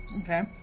Okay